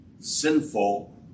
sinful